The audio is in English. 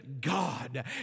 God